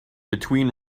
between